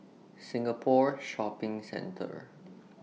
Singapore Shopping Centre